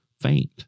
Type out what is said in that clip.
faint